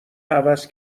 عوض